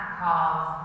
calls